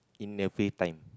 in the free time